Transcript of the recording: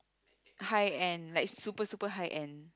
high end like super super high end